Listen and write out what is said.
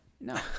No